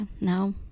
no